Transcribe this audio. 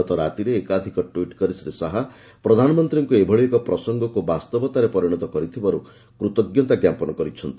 ଗତ ରାତିରେ ଏକାଧିକ ଟ୍ୱିଟ୍ କରି ଶ୍ରୀ ଶାହା ପ୍ରଧାନମନ୍ତ୍ରୀଙ୍କୁ ଏଭଳି ଏକ ପ୍ରସଙ୍ଗକୁ ବାସ୍ତବତାରେ ପରିଣତ କରିଥିବାରୁ କୃତଜ୍ଞତା ଜ୍ଞାପନ କରିଛନ୍ତି